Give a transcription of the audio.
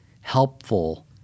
helpful